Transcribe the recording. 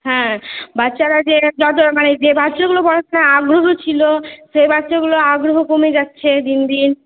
হ্যাঁ বাচ্চারা যে যত মানে যে বাচ্চাগুলো পড়াশুনায় আগ্রহ ছিলো সে বাচ্চাগুলো আগ্রহ কমে যাচ্ছে দিন দিন